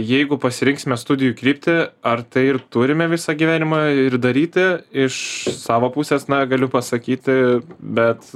jeigu pasirinksime studijų kryptį ar tai ir turime visą gyvenimą ir daryti iš savo pusės na galiu pasakyti bet